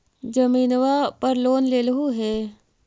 जमीनवा पर लोन लेलहु हे?